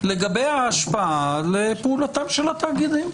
לגבי ההשפעה לפעולתם של התאגידים.